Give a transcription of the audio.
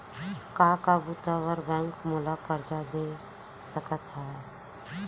का का बुता बर बैंक मोला करजा दे सकत हवे?